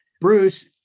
Bruce